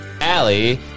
Allie